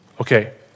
Okay